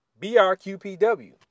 BRQPW